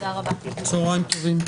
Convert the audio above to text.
הישיבה נעולה.